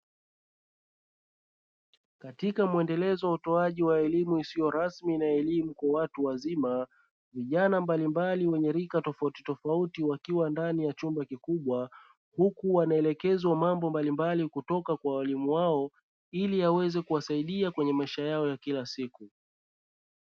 Katika muendelezo wa utoaji wa elimu isiyo rasmi na elimu kwa watu wazima, vijana mbalimbali wenye rika tofautitofauti wakiwa ndani ya chumba kikubwa, huku wanaelekezwa mambo mbalimbali kutoka kwa walimu wao ili yaweze kuwasaida kwenye maisha yao ya kila siku.